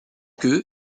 que